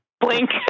blink